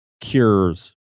cures